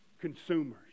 consumers